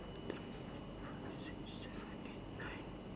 two three four five six seven eight nine